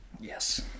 yes